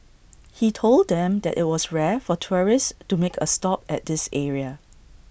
he told them that IT was rare for tourists to make A stop at this area